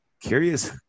curious –